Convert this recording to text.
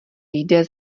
jde